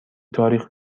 تاریخ